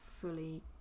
fully